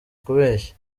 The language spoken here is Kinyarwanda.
kubeshya